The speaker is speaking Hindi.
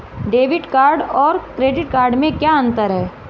डेबिट कार्ड और क्रेडिट कार्ड में क्या अंतर है?